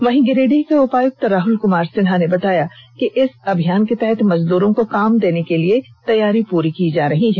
वहीं गिरिडीह के उपायुक्त राहुल कुमार सिन्हा ने बताया कि इस अभियान के तहत मजदूरो को काम देने के लिए तैयारी पूरी की जा रही है